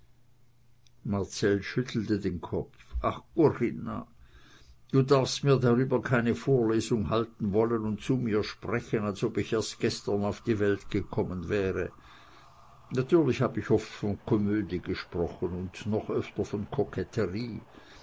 marcell schüttelte den kopf ach corinna du darfst mir darüber keine vorlesung halten wollen und zu mir sprechen als ob ich erst gestern auf die welt gekommen wäre natürlich hab ich oft von komödie gesprochen und noch öfter von koketterie